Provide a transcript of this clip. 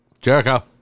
Jericho